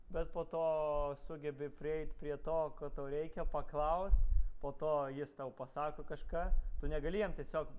bet po to sugebi prieit prie to ko tau reikia paklaust po to jis tau pasako kažką tu negali jam tiesiog